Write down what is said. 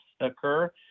occur